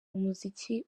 umuziki